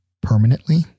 permanently